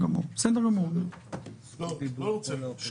אנחנו גם בזה לא רואים קושי